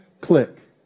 click